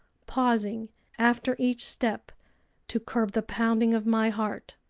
pausing after each step to curb the pounding of my heart.